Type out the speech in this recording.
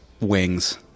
wings